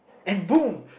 and boom